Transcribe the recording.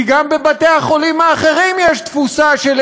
כי גם בבתי-החולים האחרים יש תפוסה של